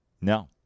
No